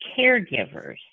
caregivers